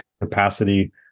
capacity